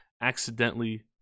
accidentally